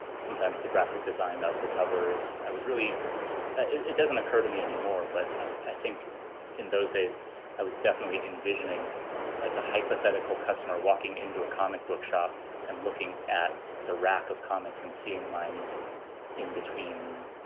sometimes the graphic design of the covers, i was really it doesn't occur to me anymore. but i think in those days i was definitely envisioning like a hypothetical customer walking into a comic book shop and looking at the rack of comics and seeing mine in between,